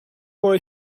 more